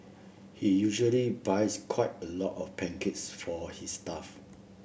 he usually buys quite a lot of pancakes for his staff